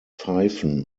pfeifen